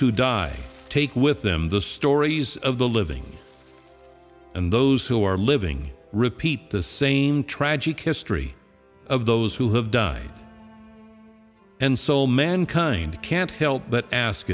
who die take with them the stories of the living and those who are living repeat the same tragic history of those who have died and so mankind can't help but ask